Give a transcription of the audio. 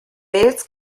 wales